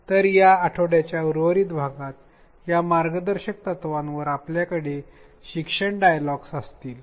तर या आठवड्याच्या उर्वरित भागात या मार्गदर्शक तत्त्वांवर आपल्याकडे शिक्षण डायलॉगस असतील